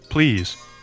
Please